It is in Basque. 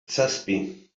zazpi